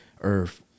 earth